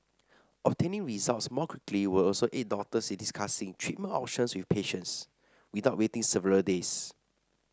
obtaining results more quickly will also aid doctors in discussing treatment options with patients without waiting several days